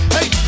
Hey